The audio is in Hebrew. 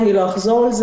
אני לא אחזור על זה,